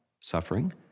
suffering